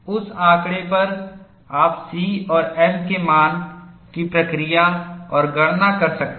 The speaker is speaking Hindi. उस आंकड़े पर आप C और m के मान की प्रक्रिया और गणना कर सकते हैं